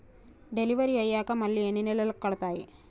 Delivery అయ్యాక మళ్ళీ ఎన్ని నెలలకి కడుతాయి?